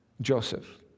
Joseph